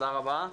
תודה רבה.